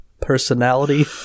personality